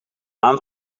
aan